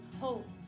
hope